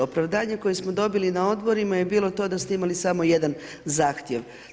Opravdanje koje smo dobili na Odborima je bilo to da ste imali samo jedan zahtjev.